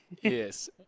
Yes